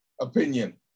opinion